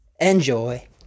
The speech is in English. Enjoy